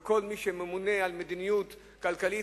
וכל מי שממונה על מדיניות כלכלית,